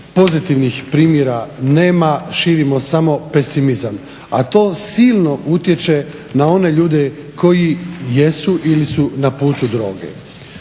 pozitivnih primjera nema, širimo samo pesimizam, a to silno utječe na one ljude koji jesu ili su na putu droge.